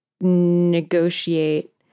negotiate